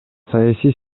саясий